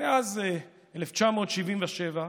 מאז 1977,